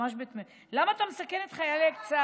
ממש בתמימות: למה אתה מסכן את חיילי צה"ל?